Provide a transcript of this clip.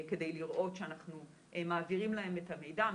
כדי לראות שאנחנו מעבירים להם את המידע,